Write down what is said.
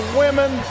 women